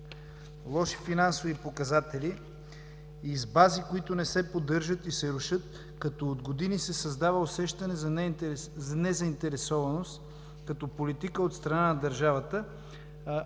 лоши финансови показатели и с бази, които не се поддържат и се рушат, като от години се създава усещане за незаинтересованост като политика от страна на държавата.